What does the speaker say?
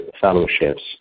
fellowships